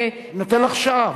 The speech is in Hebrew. אני נותן לך שעה.